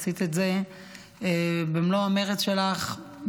עשית את זה במלוא המרץ שלך,